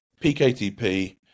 PKTP